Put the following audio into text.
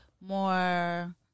more